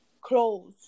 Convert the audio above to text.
clothes